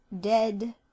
dead